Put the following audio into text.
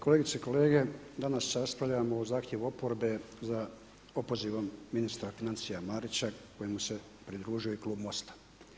Kolegice i kolege danas raspravljamo o zahtjevu oporbe za opozivom ministra financija Marića kojemu se pridružuje i klub MOST-a.